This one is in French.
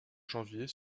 janvier